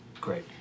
Great